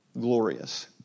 Glorious